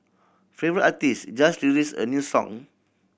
favourite artist just released a new song